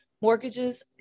mortgages